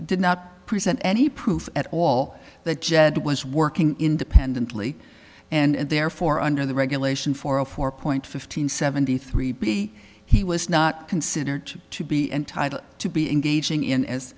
did not present any proof at all that jed was working independently and therefore under the regulation for a four point fifteen seventy three b he was not considered to be entitled to be engaging in as